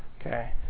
okay